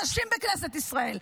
הנשים בכנסת ישראל,